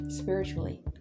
spiritually